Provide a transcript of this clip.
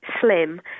slim